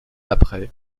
après